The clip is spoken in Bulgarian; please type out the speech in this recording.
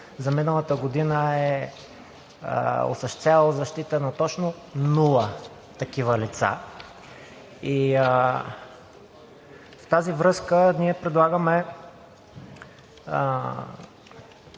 за миналата година е осъществявало защита на точно нула такива лица. И в тази връзка ние предлагаме